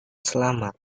selamat